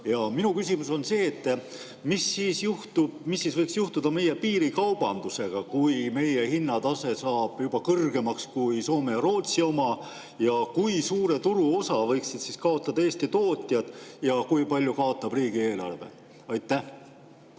Minu küsimus on, mis võiks juhtuda meie piirikaubandusega, kui meie hinnatase saab juba kõrgemaks kui Soome ja Rootsi oma, kui suure turuosa võiksid kaotada Eesti tootjad ja kui palju kaotaks riigieelarve. Jaa.